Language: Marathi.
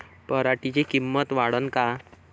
पराटीची किंमत वाढन का?